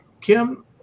kim